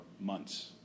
months